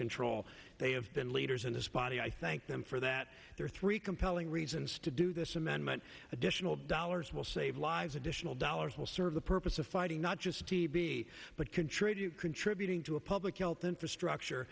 control they have been leaders in this body i thank them for that there are three compelling reasons to do this amendment additional dollars will save lives additional dollars will serve the purpose of fighting not just tb but contribute contributing to a public health infrastructure